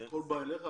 הכול בא אליך?